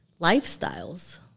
lifestyles